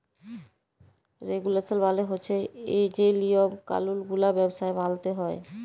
রেগুলেসল মালে হছে যে লিয়ম কালুল গুলা ব্যবসায় মালতে হ্যয়